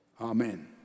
amen